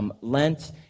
Lent